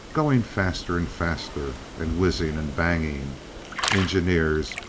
going faster and faster, and whizzing and banging engineers,